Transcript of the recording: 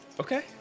Okay